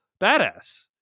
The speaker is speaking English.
badass